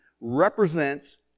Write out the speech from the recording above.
represents